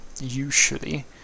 usually